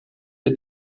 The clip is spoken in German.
der